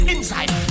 Inside